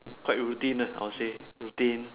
quite routine uh I would say routine